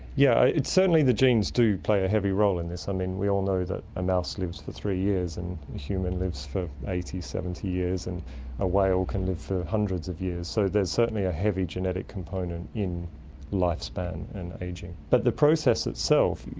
yeah certainly the genes do play a heavy role in this. um we all know that a mouse lives for three years and a human lives for eighty, seventy years, and a whale can live for hundreds of years. so there's certainly a heavy genetic component in lifespan and ageing. but the process itself,